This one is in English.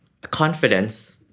confidence